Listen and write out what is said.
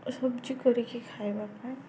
ସବଜି କରିକି ଖାଇବା ପାଇଁ